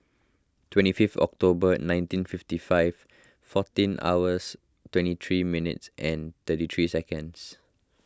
twenty fifth October at nineteen fifty five fourteen hours twenty three minutes and thirty three seconds